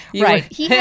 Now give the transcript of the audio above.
right